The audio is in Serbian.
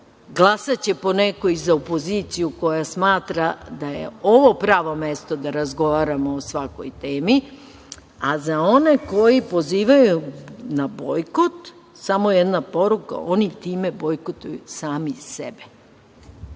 Glasaće neko i za opoziciju koja smatra da je ovo pravo mesto da razgovaramo o svakoj temi, a za one koji pozivaju na bojkot, samo jedna poruka - oni time bojkotuju sami sebe. Još